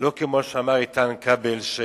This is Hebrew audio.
לא כמו שאמר איתן כבל,